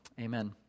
Amen